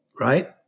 right